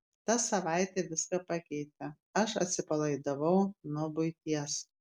ta savaitė viską pakeitė aš atsipalaidavau nuo buities